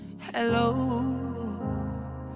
Hello